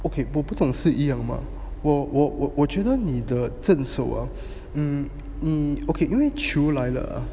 okay 我不懂是一样吗我我我我觉得你的正手 ah um 你 okay 因为球来了